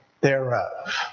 thereof